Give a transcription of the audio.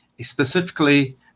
specifically